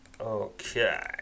Okay